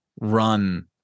run